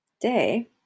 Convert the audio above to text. day